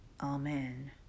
amen